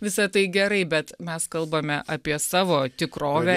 visa tai gerai bet mes kalbame apie savo tikrovę